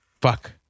Fuck